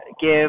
give